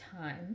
time